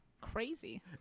Crazy